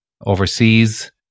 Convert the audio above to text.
overseas